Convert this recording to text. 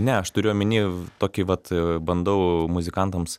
ne aš turiu omeny tokį vat bandau muzikantams